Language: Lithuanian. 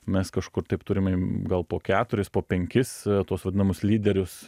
mes kažkur taip turime gal po keturis po penkis tuos vadinamus lyderius